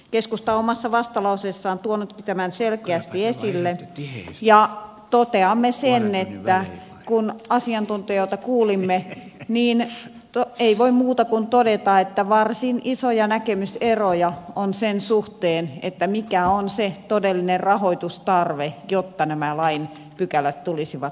keskusta omassa vastalauseessaan on tuonut tämän selkeästi esille ja toteamme sen että kun asiantuntijoita kuulimme niin ei voi muuta kuin todeta että varsin isoja näkemyseroja on sen suhteen mikä on se todellinen rahoitustarve jotta nämä lain pykälät tulisivat täytetyiksi